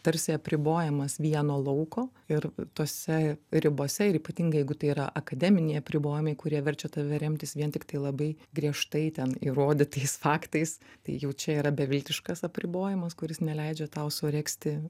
tarsi apribojamas vieno lauko ir tose ribose ir ypatingai jeigu tai yra akademiniai apribojimai kurie verčia tave remtis vien tiktai labai griežtai ten įrodytais faktais tai jau čia yra beviltiškas apribojimas kuris neleidžia tau suregzti